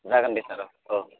जागोन दे सार औ औ